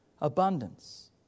Abundance